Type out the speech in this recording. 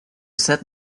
set